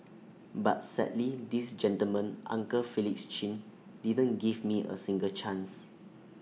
but sadly this gentleman uncle Felix chin didn't give me A single chance